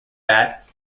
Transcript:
bat